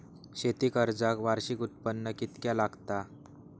शेती कर्जाक वार्षिक उत्पन्न कितक्या लागता?